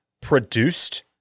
produced